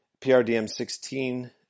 PRDM16